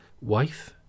wife